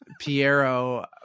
Piero